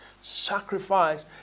Sacrifice